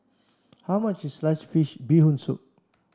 how much is sliced fish bee hoon soup